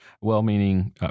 well-meaning